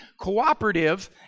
cooperative